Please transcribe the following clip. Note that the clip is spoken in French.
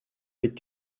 les